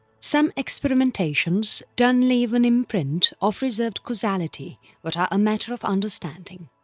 some experimentations done leave an imprint of reversed causality but are a matter of understanding.